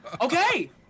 okay